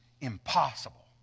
impossible